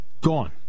gone